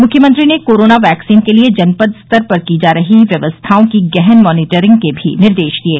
मुख्यमंत्री ने corona vaccine के लिये जनपद स्तर पर की जा रही व्यवस्थाओं की गहन मानीटरिंग के भी निर्देश दिये